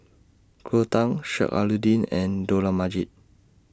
Cleo Thang Sheik Alau'ddin and Dollah Majid